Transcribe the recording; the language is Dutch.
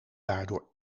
daardoor